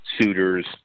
suitors